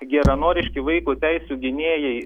geranoriški vaiko teisių gynėjai